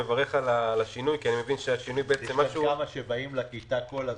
יש כמה שבאים לכיתה כל הזמן.